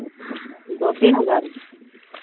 दो तीन हज़ार